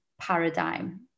paradigm